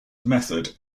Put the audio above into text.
method